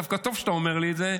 ודווקא טוב שאתה אומר לי את זה,